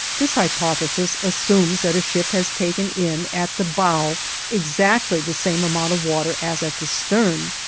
this hypothesis assumes that a ship has taken in at the bow exactly the same amount of water as at the stern,